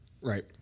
right